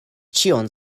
ĉion